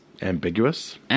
Ambiguous